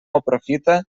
aprofita